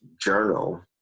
journal